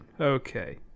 Okay